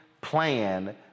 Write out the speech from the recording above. plan